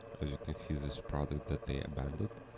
as you can see this product that they abandoned.